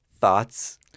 thoughts